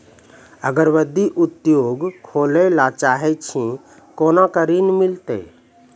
अगरबत्ती उद्योग खोले ला चाहे छी कोना के ऋण मिलत?